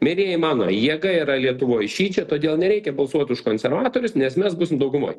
mielieji mano jėga yra lietuvoj šičia todėl nereikia balsuot už konservatorius nes mes būsim daugumoj